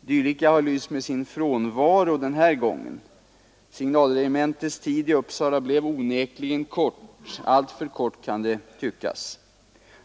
Dylika har lyst med sin frånvaro denna gång. Signalregementets tid i Uppsala blev onekligen kort — alltför kort kan det tyckas!